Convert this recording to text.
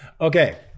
Okay